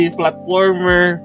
platformer